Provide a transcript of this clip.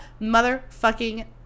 motherfucking